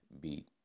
beat